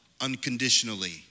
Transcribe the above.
unconditionally